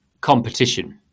competition